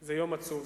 זה יום עצוב.